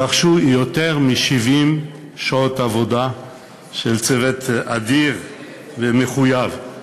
דרשו יותר מ-70 שעות עבודה של צוות אדיר ומחויב,